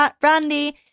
Brandy